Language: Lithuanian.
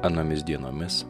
anomis dienomis